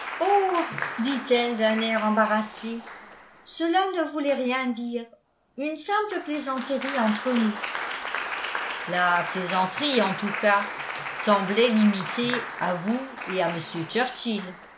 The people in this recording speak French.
dit-elle d'un air embarrassé cela ne voulait rien dire une simple plaisanterie entre nous la plaisanterie en tous cas semblait limitée à vous et à